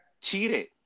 cheated